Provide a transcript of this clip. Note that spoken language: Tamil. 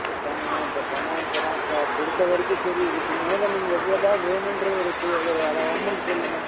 அதுதாங்க இப்போ பணம் இப்போ நான் இப்போ கொடுத்த வரைக்கும் சரி இதுக்கு மேலே நீங்கள் எவ்வளோ தான் வேணுங்றத ஒரு ஒரு அமௌண்ட்டு சொல்லுங்க